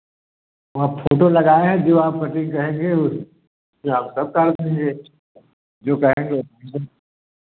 वहाँ फोटो लगाए है जो आप कटिंग कहेंगे उस तब काट देंगे जो कहेंगे